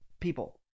people